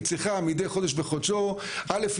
צריכה מדי חודש בחודשו: א'.